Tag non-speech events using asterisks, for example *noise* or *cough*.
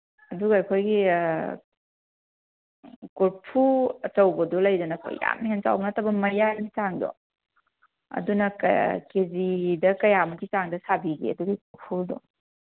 ꯑꯗꯨꯒ ꯑꯩꯈꯣꯏꯒꯤ ꯀꯣꯔꯐꯨ ꯑꯆꯧꯕꯗꯨ ꯂꯩꯗꯅ ꯑꯩꯈꯣꯏ ꯌꯥꯝꯅ ꯍꯦꯟ ꯆꯥꯎꯕ ꯑꯩꯈꯣꯏ ꯃꯌꯥꯏꯒꯤ ꯆꯥꯡꯗꯣ ꯑꯗꯨꯅ ꯀꯦꯖꯤꯗ ꯀꯌꯥꯃꯨꯛꯀꯤ ꯆꯥꯡꯗ ꯁꯥꯕꯤꯒꯦ ꯑꯗꯨꯒꯤ *unintelligible*